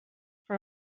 for